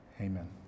amen